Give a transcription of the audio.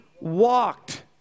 walked